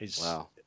wow